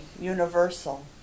universal